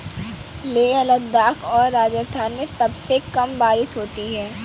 लेह लद्दाख और राजस्थान में सबसे कम बारिश होती है